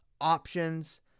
options